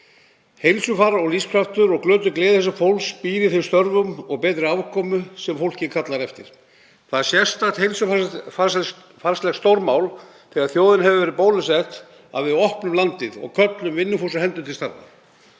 Heilsufar, lífskraftur og glötuð gleði þessa fólks býr í þeim störfum og betri afkomu sem það kallar eftir. Það er sérstakt heilsufarslegt stórmál þegar þjóðin hefur verið bólusett að við opnum landið og köllum vinnufúsar hendur til starfa.